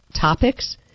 topics